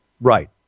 Right